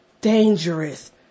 dangerous